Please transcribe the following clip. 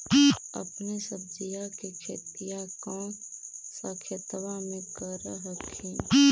अपने सब्जिया के खेतिया कौन सा खेतबा मे कर हखिन?